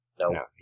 No